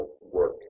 work